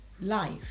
life